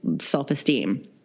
self-esteem